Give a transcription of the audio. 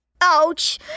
Ouch